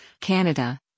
Canada